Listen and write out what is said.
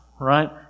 right